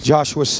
Joshua